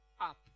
up